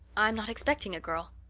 i'm not expecting a girl,